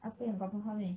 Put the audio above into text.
apa yang kau faham ni